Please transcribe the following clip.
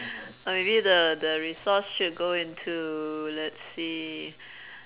or maybe the the resource should go into let's see